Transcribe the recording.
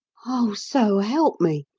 oh, so help me!